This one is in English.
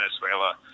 Venezuela